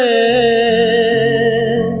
a